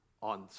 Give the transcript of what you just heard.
on